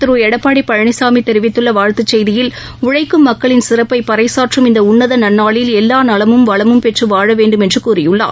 திருள்டப்பாடிபழனிசாமிதெரிவித்துள்ளவாழ்த்துச்செய்தியில் முதலமைச்சர் உழைக்கும் மக்களின் சிறப்பைபறைசாற்றும் இந்தஉன்னதநன்நாளில் எல்லாநலமும் வளமும் பெற்றுவாழவேண்டும் என்றுகூறியுள்ளார்